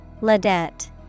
Ladette